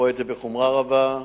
רואים את בחומרה רבה.